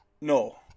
no